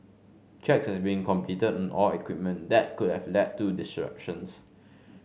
checks has been completed on all equipment that could have led to disruptions